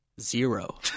Zero